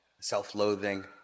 self-loathing